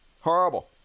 Horrible